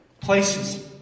Places